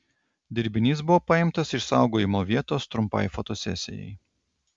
dirbinys buvo paimtas iš saugojimo vietos trumpai fotosesijai